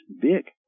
big